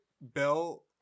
Bell